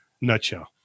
nutshell